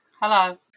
Hello